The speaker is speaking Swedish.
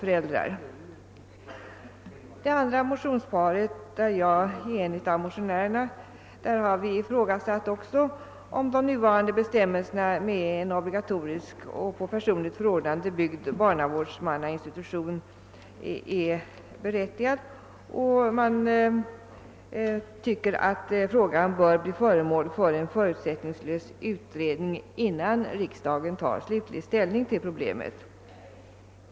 I motionsparet I:163 och II:182 — där jag är en av motionärerna — har vi också ifrågasatt om de nuvarande bestämmelserna med en obligatorisk och på personligt förordnande byggd barnavårdsmannainstitution är berättigade. Vi anser att frågan bör bli föremål för en förutsättningslös utredning, innän riksdagen tar slutlig ställning till pro blemet.